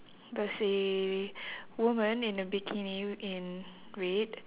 there's a woman in a bikini in red